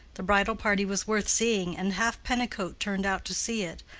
the bridal party was worth seeing, and half pennicote turned out to see it,